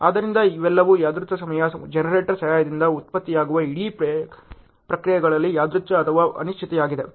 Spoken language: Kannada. ಆದ್ದರಿಂದ ಇವೆಲ್ಲವೂ ಯಾದೃಚ್ ಸಂಖ್ಯೆಯ ಜನರೇಟರ್ ಸಹಾಯದಿಂದ ಉತ್ಪತ್ತಿಯಾಗುವ ಇಡೀ ಪ್ರಕ್ರಿಯೆಗಳಲ್ಲಿ ಯಾದೃಚ್ ಅಥವಾ ಅನಿಶ್ಚಿತತೆಯಾಗಿದೆ